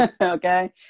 okay